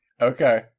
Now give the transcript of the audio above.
Okay